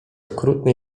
okrutny